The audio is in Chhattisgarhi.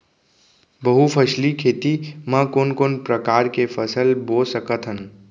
बहुफसली खेती मा कोन कोन प्रकार के फसल बो सकत हन?